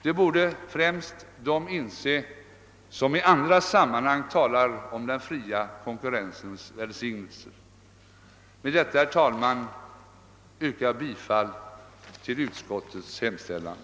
Det borde främst de inse som i andra sammanhang talar om den fria konkurrensens välsignelser. Med detta, herr talman, yrkar jag bifall till utskottets hemställan.